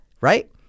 right